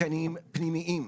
במתקנים פנימיים.